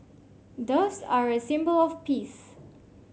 doves are a symbol of peace